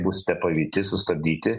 būsite pavyti sustabdyti